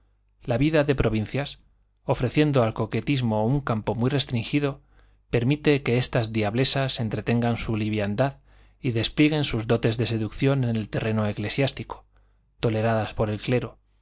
la vida de provincias ofreciendo al coquetismo un campo muy restringido permite que estas diablesas entretengan su liviandad y desplieguen sus dotes de seducción en el terreno eclesiástico toleradas por el clero